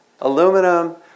aluminum